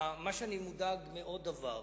מודאג מעוד דבר